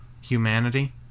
Humanity